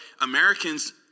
Americans